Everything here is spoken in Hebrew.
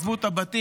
עזבו את הבתים,